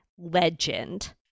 Legend